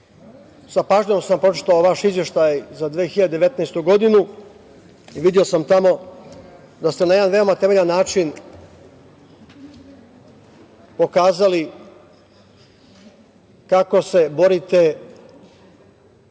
Sa pažnjom sam pročitao vaš Izveštaj za 2019. godinu. Video sam tamo da ste na jedan veoma temeljan način pokazali kako se borite